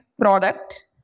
product